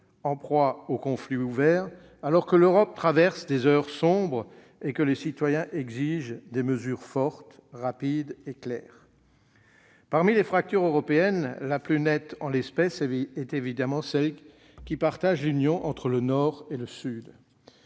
en proie aux conflits ouverts, alors que l'Europe traverse des heures sombres et que les citoyens exigent des mesures fortes, rapides et claires. Parmi les fractures européennes, la plus nette en l'espèce est évidemment celle qui partage l'Union européenne entre le Nord et le Sud.